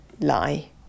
lie